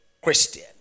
Christian